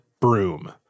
broom